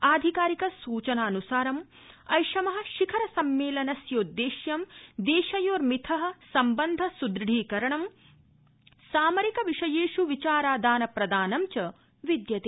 अधिकारिक सुचना नुसारम् ऐषम शिखरसम्मेलनस्योद्रेश्य देशयोर्मिथ सम्बन्ध सुद्रढीकरणं सामरिक विषयेष् विचारादान प्रदानं च विद्यते